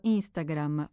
Instagram